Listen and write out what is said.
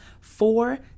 four